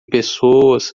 pessoas